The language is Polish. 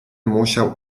musiał